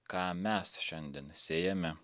ką mes šiandien sėjame